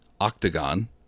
Octagon